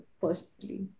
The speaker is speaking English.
personally